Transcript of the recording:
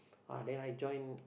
ah then I join